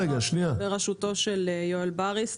ברשותו של יואל בריס.